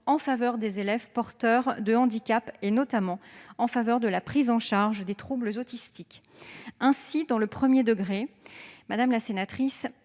en faveur des élèves porteurs d'un handicap, notamment en faveur de la prise en charge des troubles autistiques. Ainsi, dans le premier degré, 6 nouvelles